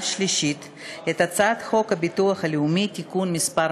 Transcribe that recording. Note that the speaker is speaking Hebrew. השלישית את הצעת חוק הביטוח הלאומי (תיקון מס'